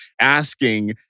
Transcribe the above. asking